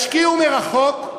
ישקיעו מרחוק,